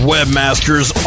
Webmasters